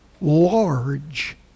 large